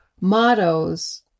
mottos